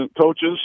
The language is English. coaches